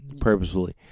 purposefully